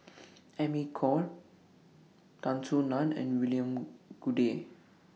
Amy Khor Tan Soo NAN and William Goode